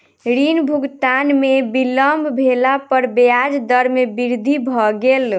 ऋण भुगतान में विलम्ब भेला पर ब्याज दर में वृद्धि भ गेल